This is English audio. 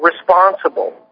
responsible